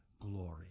glory